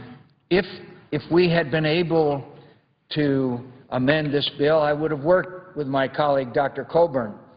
if if we had been able to amend this bill, i would have worked with my colleague, dr. coburn,